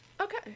Okay